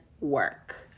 work